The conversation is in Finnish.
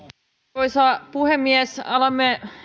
arvoisa puhemies alamme